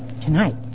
tonight